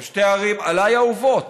הן שתי ערים, עליי, אהובות.